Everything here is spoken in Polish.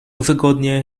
wygodnie